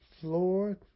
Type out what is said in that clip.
floor